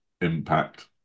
impact